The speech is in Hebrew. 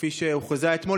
כפי שהוכרזה אתמול,